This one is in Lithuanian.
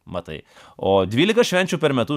matai o dvylika švenčių per metus